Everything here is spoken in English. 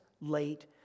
late